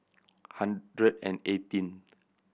hundred and eighteen